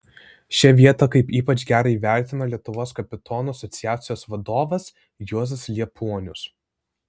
šią vietą kaip ypač gerą įvertino lietuvos kapitonų asociacijos vadovas juozas liepuonius